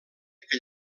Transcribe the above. que